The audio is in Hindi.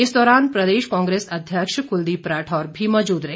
इस दौरान प्रदेश कांग्रेस अध्यक्ष कुलदीप राठौर भी मौजूद रहे